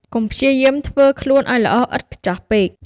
កុំព្យាយាមធ្វើខ្លួនឱ្យល្អឥតខ្ចោះពេក។